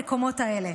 במקומות האלה.